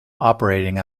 operating